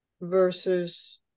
versus